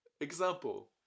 Example